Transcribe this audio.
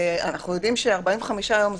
אנחנו יודעים ש-45 יום,